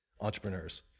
entrepreneurs